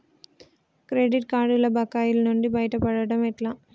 Credit కార్డుల బకాయిల నుండి బయటపడటం ఎట్లా?